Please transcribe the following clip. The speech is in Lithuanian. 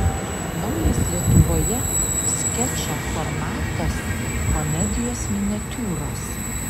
naujas lietuvoje skečo formatas komedijos miniatiūros